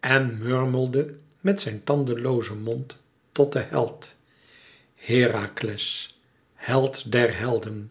en mummelde met zijn tandloozen mond tot den held herakles held der helden